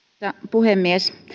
puhemies